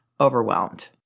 overwhelmed